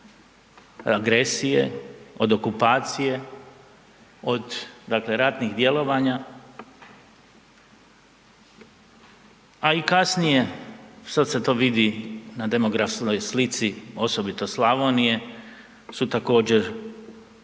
od agresije, od okupacije, od dakle ratnih djelovanja a i kasnije,s ad se to vidi na demografskoj slici osobito Slavonije su također